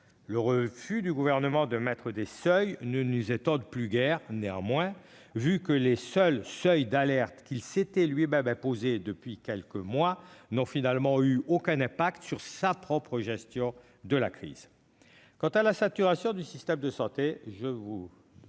Le refus du Gouvernement d'inscrire des seuils ne nous étonne plus : les seuls seuils d'alerte qu'il s'était lui-même imposés depuis quelques mois n'ont eu aucun impact sur sa propre gestion de la crise ... Quant à la saturation du système de santé, je ne vous